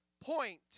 point